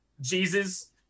Jesus-